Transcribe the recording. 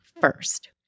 first